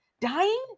dying